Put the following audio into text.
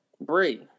brie